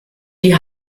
die